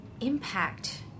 impact